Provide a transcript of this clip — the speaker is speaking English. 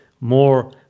more